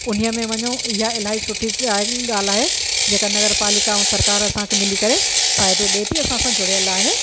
उन्हीअ में वञो यां इलाही सुठी सइ ॻाल्हि आहे जेका नगरपालिका ऐं सरकार असांखे मिली करे फ़ाइदो ॾिए थी असां सां जुड़ियल आहे